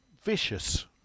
Vicious